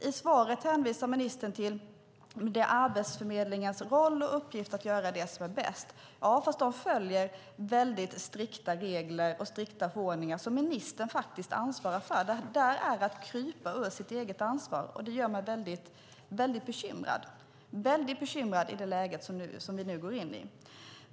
I svaret hänvisar ministern till att det är Arbetsförmedlingens roll och uppgift att göra det som är bäst. Den följer väldigt strikta regler och förordningar som ministern ansvarar för. Det är att krypa ur sitt eget ansvar. Det gör mig väldigt bekymrad i det läge som vi nu går in i.